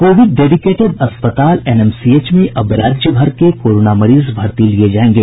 Covid dedicated अस्पताल NMCH में अब राज्य भर के कोरोना मरीज भर्ती लिये जायेंगे